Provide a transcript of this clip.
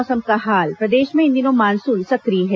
मौसम प्रदेश में इन दिनों मानसून सक्रिय है